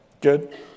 good